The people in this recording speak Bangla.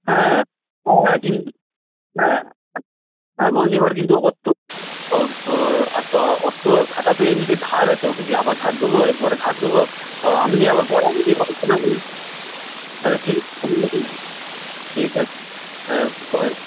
হ্যাঁ ও হ্যাঁ কিন্তু হ্যাঁ কিন্তু ওর তো ও অত খাতাতে এমনিতে ধার আছে ওকে কি আবার ধার দোবো এরপরে ধার দোবো আপনি আবার আচ্ছা ঠিক ঠিক আছে